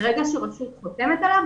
ברגע שרשות חותמת עליו,